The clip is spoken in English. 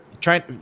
Trying